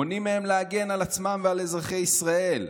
מונעים מהם להגן על עצמם ועל אזרחי ישראל.